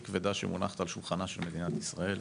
כבדה שמונחת על שולחנה של מדינת ישראל,